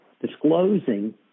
disclosing